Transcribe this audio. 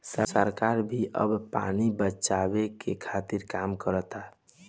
सरकार भी अब पानी बचावे के खातिर काम करता